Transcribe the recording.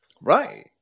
Right